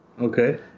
Okay